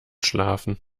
schlafen